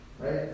Right